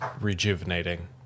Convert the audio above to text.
rejuvenating